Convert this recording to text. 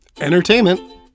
entertainment